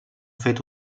fet